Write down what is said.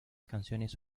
canciones